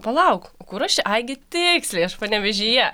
palauk o kur aš čia ai gi tiksliai aš panevėžyje